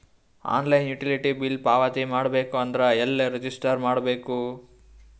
Online utility bill ಪಾವತಿ ಮಾಡಬೇಕು ಅಂದ್ರ ಎಲ್ಲ ರಜಿಸ್ಟರ್ ಮಾಡ್ಬೇಕು?